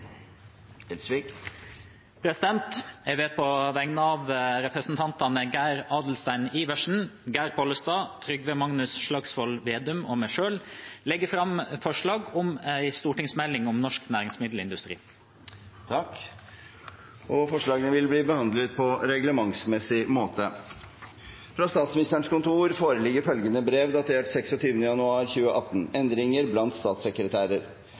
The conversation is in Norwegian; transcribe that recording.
På vegne av representantene Geir Adelsten Iversen, Geir Pollestad, Trygve Slagsvold Vedum og meg selv vil jeg legge fram et representantforslag om en stortingsmelding om norsk næringsmiddelindustri. Forslagene vil bli behandlet på reglementsmessig måte. Fra Statsministerens kontor foreligger følgende brev til Stortinget, datert 26. januar 2018: «Endringer blant statssekretærer